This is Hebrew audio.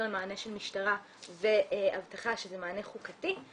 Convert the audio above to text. למענה של משטרה ואבטחה שזה מענה חוקתי,